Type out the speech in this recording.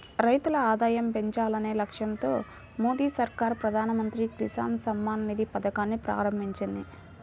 రైతుల ఆదాయం పెంచాలనే లక్ష్యంతో మోదీ సర్కార్ ప్రధాన మంత్రి కిసాన్ సమ్మాన్ నిధి పథకాన్ని ప్రారంభించింది